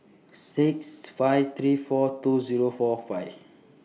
six five three four two Zero four five